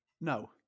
no